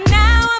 now